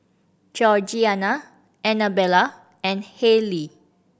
Georgiana Annabella and Hayley